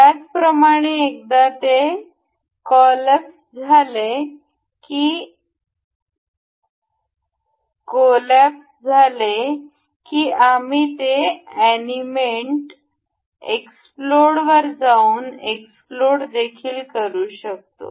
त्याचप्रमाणे एकदा ते कोलएप्स झाले की आम्ही ते एनीमेंट एक्सप्लोड वर जाऊन एक्सप्लोड देखील करू शकतो